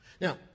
Now